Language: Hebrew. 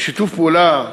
בשיתוף פעולה,